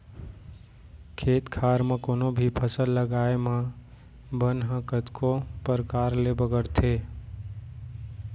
खेत खार म कोनों भी फसल लगाए म बन ह कतको परकार ले बगरथे